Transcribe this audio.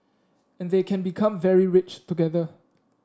and they can become very rich together